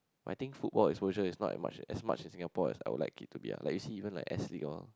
I think football exposure is not as much as much as Singapore as I would like it to be lah like you see even like S league hor